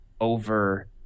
over